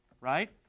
right